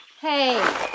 Hey